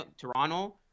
Toronto